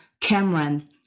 Cameron